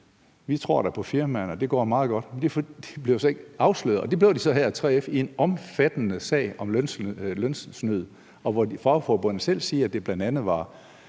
Vi tror da på firmaerne, og det går meget godt. Men de bliver jo slet ikke afsløret, selv om de så blev det her af 3F i en omfattende sag om lønsnyd, hvor fagforbundet selv siger, at det bl.a. var